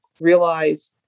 realize